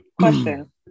question